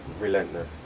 Relentless